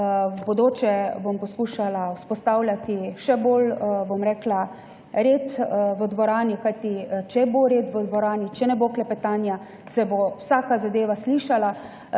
v bodoče bom poskušala vzpostavljati še bolj red v dvorani, kajti če bo red v dvorani, če ne bo klepetanja, se bo vsaka zadeva slišala.